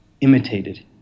imitated